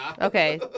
Okay